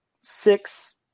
six